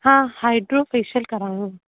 हा hydro facial कराइणो हो